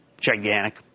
gigantic